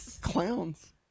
Clowns